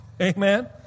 Amen